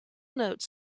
note